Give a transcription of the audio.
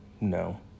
No